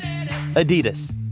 Adidas